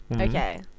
okay